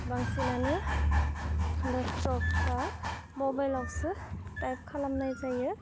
बांसिनानो लेपटप बा मबाइलावसो टाइप खालामनाय जायो